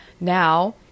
now